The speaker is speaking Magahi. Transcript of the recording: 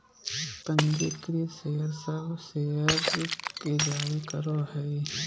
पंजीकृत शेयर सब शेयर के जारी करो हइ